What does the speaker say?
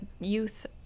youth